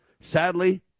Sadly